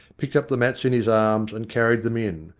picked up the mats in his arms and carried them in,